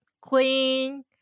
clean